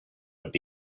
would